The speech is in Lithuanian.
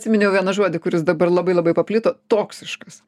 atsiminiau vieną žodį kuris dabar labai labai paplito toksiškas